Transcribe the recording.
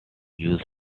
used